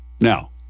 Now